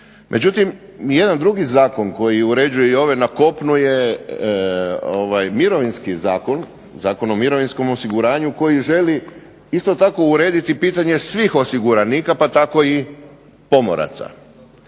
Međutim, nijedan drugi zakon koji uređuje i ovaj na kopnu je Mirovinski zakon, Zakon o mirovinskom osiguranju koji želi isto tako urediti pitanje svih osiguranika pa tako i pomoraca.